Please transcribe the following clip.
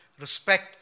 respect